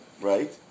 right